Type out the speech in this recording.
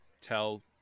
tell